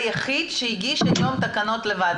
את מכירה.